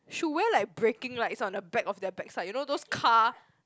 should wear like braking lights on the back of their backside you know those car